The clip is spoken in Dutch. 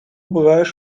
bewijs